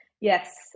Yes